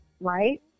right